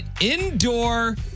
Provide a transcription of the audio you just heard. indoor